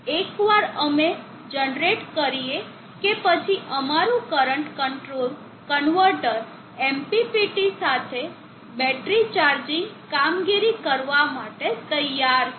એકવાર અમે જનરેટ કરીએ કે પછી અમારું કરંટ કંટ્રોલ કન્વર્ટર MPPT સાથે બેટરી ચાર્જિંગ કામગીરી કરવા માટે તૈયાર છે